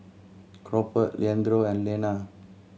Crawford Leandro and Lenna